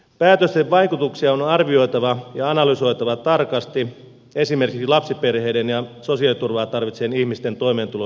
päätösten vaikutuksia on arvioitava ja analysoitava tarkasti esimerkiksi lapsiperheiden ja sosiaaliturvaa tarvitsevien ihmisten toimeentulon näkökulmasta